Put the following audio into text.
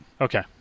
Okay